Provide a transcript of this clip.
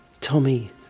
Tommy